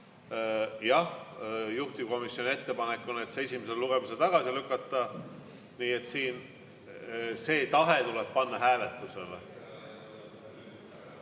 jah, juhtivkomisjoni ettepanek on see esimesel lugemisel tagasi lükata, nii et see tahe tuleb siin panna hääletusele.